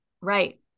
Right